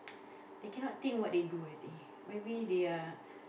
they cannot think what they do I think maybe they are